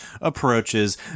approaches